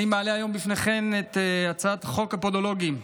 אני מעלה היום בפניכם את הצעת חוק הפודולוגים.